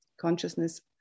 consciousness